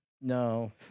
no